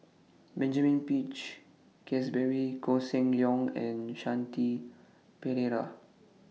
Benjamin Peach Keasberry Koh Seng Leong and Shanti Pereira